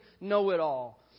know-it-all